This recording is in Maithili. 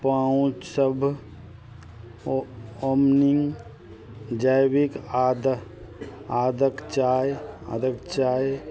पाउच सब ओ ओमनिन्ग जैविक आदऽ आदिके चाइ आदिके चाइ